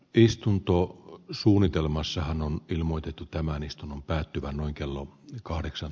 istunto on suunnitelmassa on ilmoitettu tämän istunnon päättyvän noin kello kahdeksan